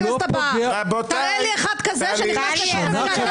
אני לא בטוחה שאנחנו יודעים להסביר למה הצורך החיוני